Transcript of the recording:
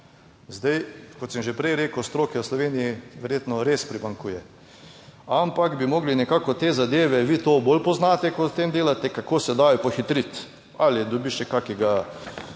Kot sem že prej rekel, stroke v Sloveniji verjetno res primanjkuje, ampak bi morali nekako te zadeve, vi to bolj poznate kot s tem delate, kako se dajo pohitriti, ali dobiti še kakšnega